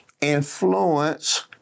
influence